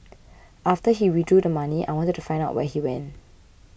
after he withdrew the money I wanted to find out where he went